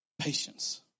Patience